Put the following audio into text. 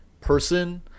person